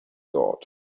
thought